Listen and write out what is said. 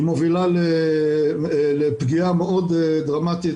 היא מובילה לפגיעה מאוד דרמטית